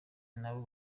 n’abo